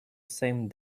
same